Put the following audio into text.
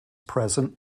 present